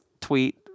tweet